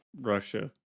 Russia